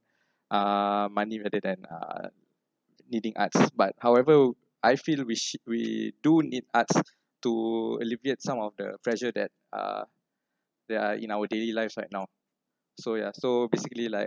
uh money rather than uh needing arts but however I feel we s~ we do need arts to alleviate some of the pressure that uh there are in our daily lives right now so yeah so basically like